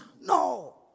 no